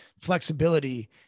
flexibility